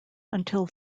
until